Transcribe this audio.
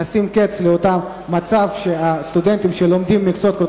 נשים קץ למצב שהסטודנטים שלומדים מקצועות כל